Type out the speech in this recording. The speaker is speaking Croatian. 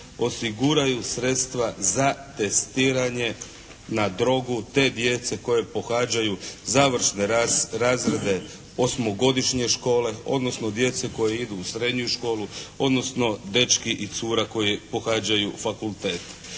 osiguraju sredstva za testiranje na drogu te djece koje pohađaju završne razrede osmogodišnje škole, odnosno djece koja idu u srednju školu, odnosno dečki i cure koji pohađaju fakultet.